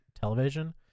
television